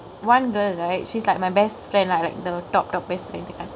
one girl right she's like my best friend lah like the top the best friend that kind